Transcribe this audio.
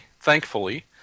thankfully